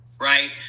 Right